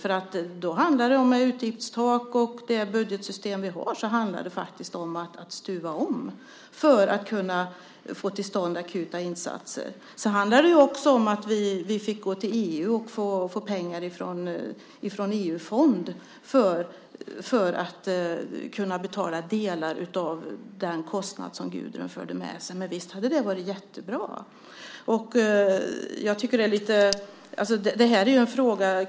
Det handlar om utgiftstak och om att stuva om i det budgetsystem vi har för att få till stånd akuta insatser. Det handlar också om att vi fick gå till EU och få pengar från en EU-fond för att kunna betala delar av den kostnad som stormen Gudrun förde med sig. Visst hade det varit jättebra med en katastroffond.